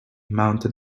mounted